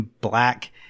Black